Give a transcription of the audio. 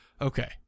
Okay